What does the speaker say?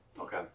okay